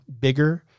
bigger